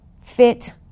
fit